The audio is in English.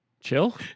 Chill